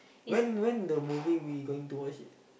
when when the movie we going to watch it